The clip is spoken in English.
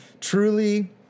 truly